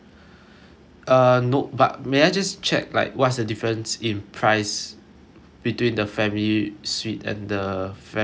err nope but may I just check like what's the difference in price between the family suite and the family standard room